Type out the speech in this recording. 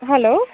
hello